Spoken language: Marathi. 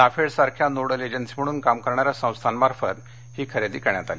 नाफेडसारख्या नोडल एजन्सी म्हणून काम करणाऱ्या संस्थांमार्फत ही खरेदी करण्यात आली